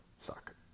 Suck